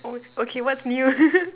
oh okay what's new